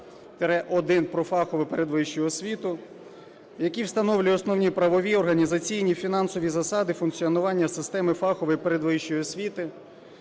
про фахову передвищу освіту, який встановлює основні правові, організаційні, фінансові засади функціонування системи фахової передвищої освіти,